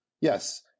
Yes